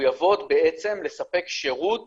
שמחויבות להעניק שירות